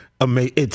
amazing